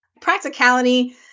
Practicality